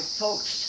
folks